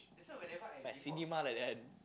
like cinema like that